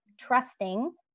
Trusting